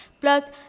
Plus